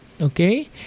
okay